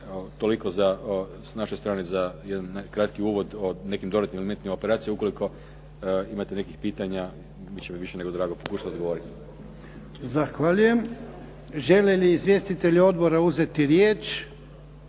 Toliko s naše strane za jedan kratki uvod o nekim dodatnim elementima operacije. Ukoliko imate nekih pitanja bit će mi više nego drago pokušati odgovoriti. **Jarnjak, Ivan (HDZ)** Zahvaljujem. Žele li izvjestitelji odbora uzeti riječ?